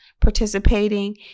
Participating